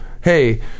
hey